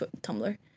Tumblr